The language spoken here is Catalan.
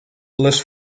les